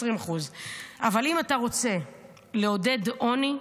20%. אבל אם אתה רוצה לעודד עוני,